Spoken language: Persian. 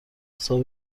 صاحب